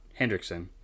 Hendrickson